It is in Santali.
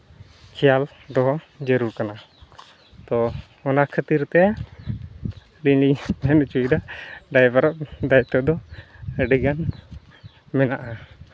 ᱠᱷᱮᱭᱟᱞ ᱫᱚᱦᱚ ᱡᱟᱹᱨᱩᱲ ᱠᱟᱱᱟ ᱛᱚ ᱚᱱᱟ ᱠᱷᱟᱹᱛᱤᱨ ᱛᱮ ᱟᱹᱞᱤᱧ ᱞᱤᱧ ᱢᱮᱱ ᱦᱚᱪᱚᱭᱮᱫᱟ ᱰᱟᱭᱵᱷᱟᱨ ᱟᱜ ᱫᱟᱭᱤᱛᱛᱚ ᱫᱚ ᱟᱹᱰᱤᱜᱟᱱ ᱢᱮᱱᱟᱜᱼᱟ